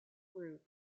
group